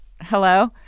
Hello